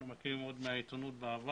אנחנו מכירים עוד מהעיתונות בעבר.